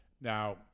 now